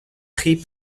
prit